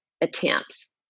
attempts